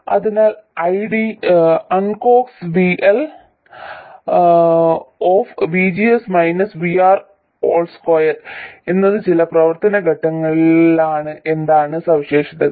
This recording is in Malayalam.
അതിനാൽ ID µnCoxWL2 എന്നത് ചില പ്രവർത്തന ഘട്ടങ്ങളിലാണ് എന്നതാണ് സവിശേഷതകൾ